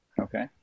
Okay